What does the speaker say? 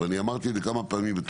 אני אמרתי את זה כמה פעמים.